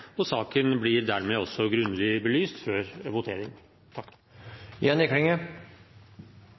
og saken blir dermed også grundig belyst før votering.